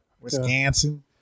Wisconsin